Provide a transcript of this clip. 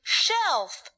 shelf